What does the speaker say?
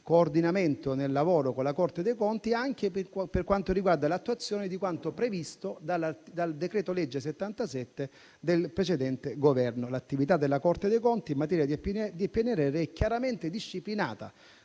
coordinamento nel lavoro con la Corte dei conti anche per quanto riguarda l'attuazione di quanto previsto dal decreto-legge n. 77 del precedente Governo. L'attività della Corte dei conti in materia di PNRR è chiaramente disciplinata